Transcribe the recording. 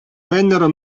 vennero